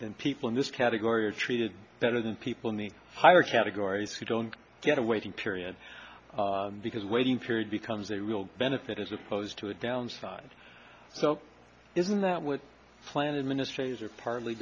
en people in this category are treated better than people in the higher categories who don't get a waiting period because waiting period becomes a real benefit as opposed to a downside so isn't that what planet ministries are partly